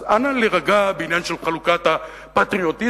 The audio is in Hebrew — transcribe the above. אז אנא להירגע בעניין של חלוקת הפטריוטיזם,